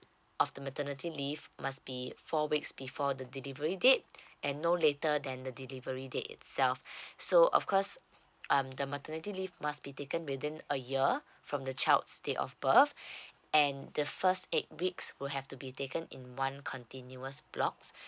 of the maternity leave must be four weeks before the delivery date and no later than the delivery date itself so of course um the maternity leave must be taken within a year from the child's date of birth and the first eight weeks will have to be taken in one continuous blocks